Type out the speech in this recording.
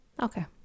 Okay